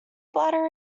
bladder